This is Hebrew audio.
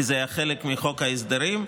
כי זה היה חלק מחוק ההסדרים.